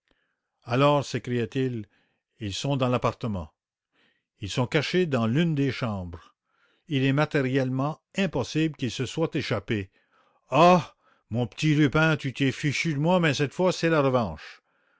alors s'écria-t-il ils sont dans l'appartement ils sont cachés dans l'une des chambres il est matériellement impossible qu'ils se soient échappés ah mon petit lupin cette fois c'est la revanche